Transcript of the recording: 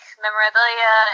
memorabilia